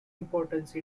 importance